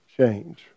change